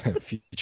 Future